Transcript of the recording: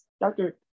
doctor